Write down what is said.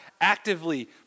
actively